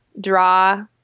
draw